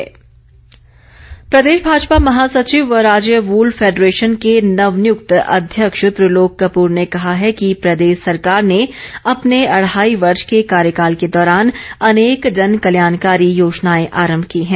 त्रिलोक कपूर प्रदेश भाजपा महासचिव व राज्य वूल फैडरेशन के नवनियुक्त अध्यक्ष त्रिलोक कपूर ने कहा है कि प्रदेश सरकार ने अपने अढ़ाई वर्ष के कार्यकाल के दौरान अनेक जनकल्याणकारी योजनाए आरम की हैं